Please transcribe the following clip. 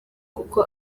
kuko